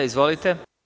Izvolite.